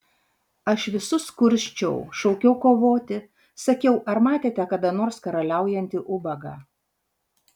aš visus kursčiau šaukiau kovoti sakiau ar matėte kada nors karaliaujantį ubagą